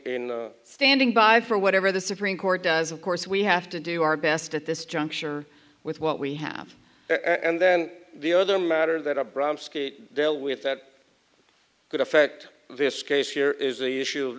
in standing by for whatever the supreme court does of course we have to do our best at this juncture with what we have and then the other matter that a brown deal with that could affect this